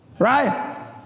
Right